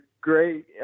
great